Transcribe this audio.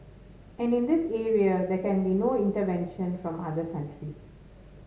and in this area there can be no intervention from other countries